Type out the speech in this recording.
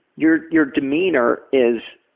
your your demeanor is